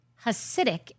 Hasidic